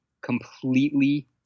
completely